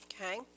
Okay